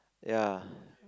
ya